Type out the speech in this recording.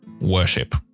worship